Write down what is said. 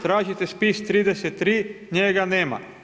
Tražite spis 33. njega nema.